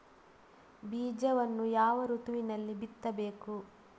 ಬೀಜವನ್ನು ಯಾವ ಋತುವಿನಲ್ಲಿ ಬಿತ್ತಬೇಕು?